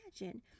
imagine